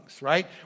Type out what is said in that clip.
right